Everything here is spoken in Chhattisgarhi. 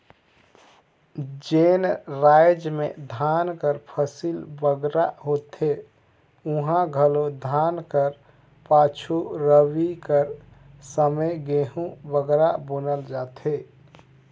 जेन राएज में धान कर फसिल बगरा होथे उहां घलो धान कर पाछू रबी कर समे गहूँ बगरा बुनल जाथे